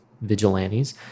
vigilantes